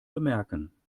bemerken